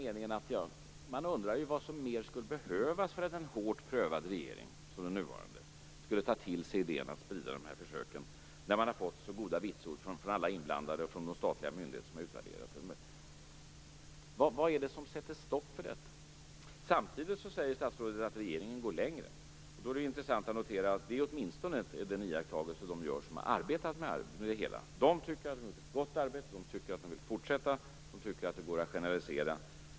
Man undrar vad som mer skulle behövas för att en hårt prövad regering som den nuvarande skulle ta till sig idén att sprida dessa försök när man har fått så goda vitsord från alla inblandade och från de statliga myndigheter som har utvärderat projektet. Vad är det som sätter stopp för detta? Samtidigt säger statsrådet att regeringen går längre.